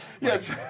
Yes